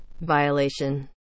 Violation